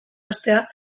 hastea